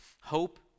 hope